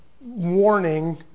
warning